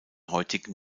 heutigen